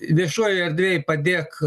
viešojoj erdvėj padėk